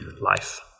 life